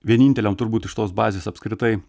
vieninteliam turbūt iš tos bazės apskritai